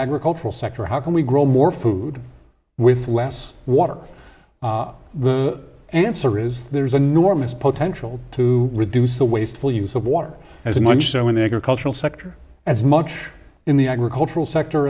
agricultural sector how can we grow more food with less water the answer is there's enormous potential to reduce the wasteful use of water as much so in the agricultural sector as much in the agricultural sector